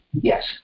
Yes